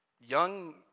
young